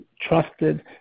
trusted